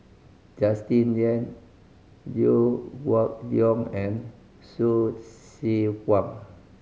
Justin Lean Liew Geok Leong and Hsu Tse Kwang